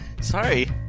Sorry